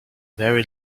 very